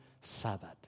Sabbath